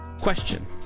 Question